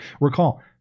Recall